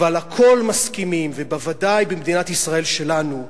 אבל הכול מסכימים, ובוודאי במדינת ישראל שלנו,